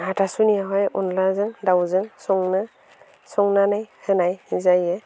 हाथा सुनियावहाय अनलाजों दाउजों सङो संनानै होनाय जायो